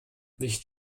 nicht